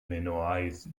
minoaidd